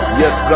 yes